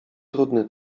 trudny